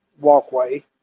walkway